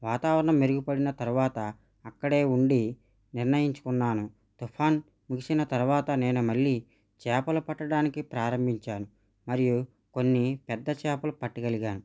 వాతావరణం మెరుగుపడిన తర్వాత అక్కడే ఉండి నిర్ణయించుకున్నాను తుఫాన్ ముగిసిన తర్వాత నేను మళ్ళీ చేపలు పట్టడానికి ప్రారంభించాను మరియు కొన్ని పెద్ద చేపలు పట్టగలిగాను